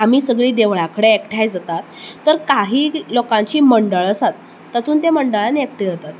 आमी सगळी देवळां कडेन एकठांय जातात तर काही लोकांची मंडळा आसात तातूंत ते मंडळानी एकठांय जातात